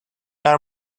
are